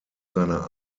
seiner